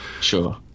Sure